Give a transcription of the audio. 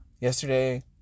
yesterday